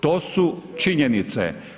To su činjenice.